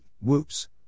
whoops